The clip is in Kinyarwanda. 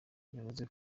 yavuze